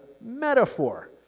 metaphor